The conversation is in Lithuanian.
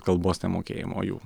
kalbos nemokėjimo jų